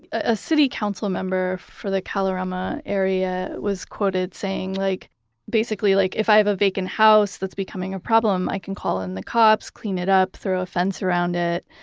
a city council member for the kalorama area was quoted saying, like basically like if i have a vacant house that's becoming a problem, i can call in the cops, clean it up through a fence around it.